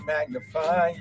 Magnify